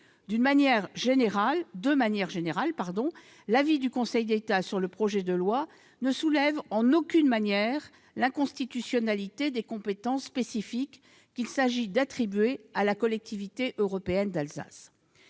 De manière générale, l'avis du Conseil d'État ne mentionne en aucune manière une inconstitutionnalité des compétences spécifiques qu'il s'agit d'attribuer à la Collectivité européenne d'Alsace.